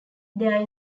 there